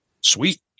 Sweet